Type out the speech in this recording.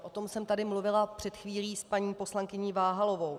O tom jsem tady mluvila před chvílí s paní poslankyní Váhalovou.